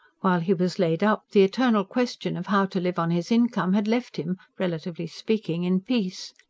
while he was laid up, the eternal question of how to live on his income had left him, relatively speaking, in peace.